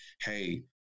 hey